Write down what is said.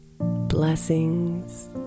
Blessings